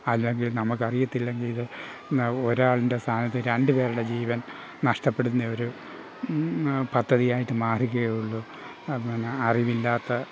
അല്ലെങ്കിൽ നമ്മൾക്ക് അറിയത്തില്ലെങ്കിൽ ഒരാളുടെ സ്ഥാനത്ത് രണ്ടു പേരുടെ ജീവൻ നഷ്ടപ്പെടുന്നെ ഒരു പദ്ധതിയായിട്ട് മാറുകയുള്ളൂ പിന്നെ അറിവില്ലാത്ത